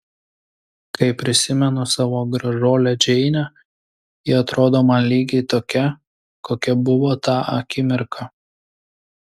kai prisimenu savo gražuolę džeinę ji atrodo man lygiai tokia kokia buvo tą akimirką